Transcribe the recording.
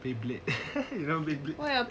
game blade